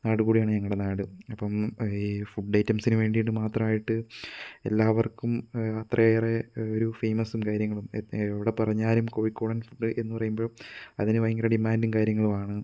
നാടു കൂടിയാണ് ഞങ്ങളുടെ നാട് അപ്പം ഈ ഫുഡ് ഐറ്റംസിന് വേണ്ടിയിട്ടു മാത്രമായിട്ട് എല്ലാവർക്കും അത്രയേറെ ഒരു ഫേമസ്സും കാര്യങ്ങളും എവിടെ പറഞ്ഞാലും കോഴിക്കോടൻ ഫുഡ് എന്ന് പറയുമ്പോൾ അതിനു ഭയങ്കര ഡിമാൻഡും കാര്യങ്ങളുമാണ്